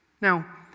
Now